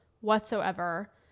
whatsoever